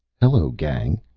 hello, gang,